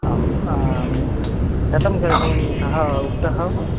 आम् कथं करणीयं सः उक्तः वा